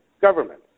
government